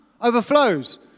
overflows